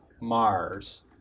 Mars